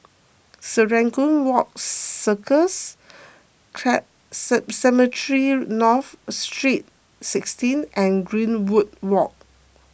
Serangoon Garden Circus Cemetry North Street sixteen and Greenwood Walk